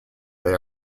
they